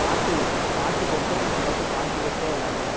பாட்டு பாட்டு போட்டு நான் பாட்டு பாட்டு கேட்டுடே விளாடுவேன்